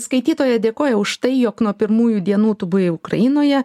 skaitytoja dėkoja už tai jog nuo pirmųjų dienų tu buvai ukrainoje